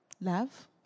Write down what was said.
Love